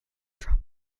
trump